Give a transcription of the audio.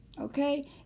Okay